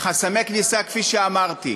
חסמי כניסה, כפי שאמרתי.